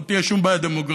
לא תהיה שום בעיה דמוגרפית.